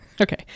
Okay